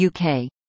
UK